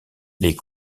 les